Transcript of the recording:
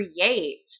create